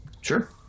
Sure